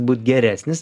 būt geresnis